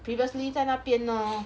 previously 在那边 lor